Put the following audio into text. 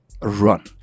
Run